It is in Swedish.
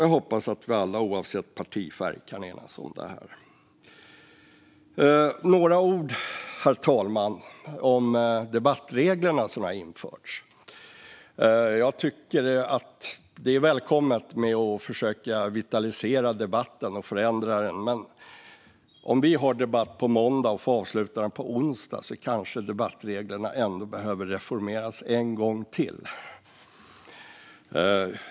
Jag hoppas att vi alla, oavsett partifärg, kan enas om detta. Herr talman! Jag ska säga några ord om de debattregler som har införts. Det är välkommet att man försöker vitalisera debatterna. Men om vi har en debatt på måndagen och får avsluta den på onsdagen kanske debattreglerna ändå behöver reformeras en gång till.